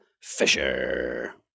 Fisher